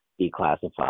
declassified